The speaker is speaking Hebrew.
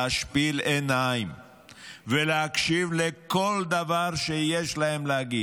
להשפיל עיניים ולהקשיב לכל דבר שיש להן להגיד,